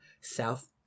South